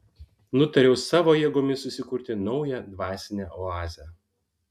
nutariau savo jėgomis susikurti naują dvasinę oazę